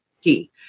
key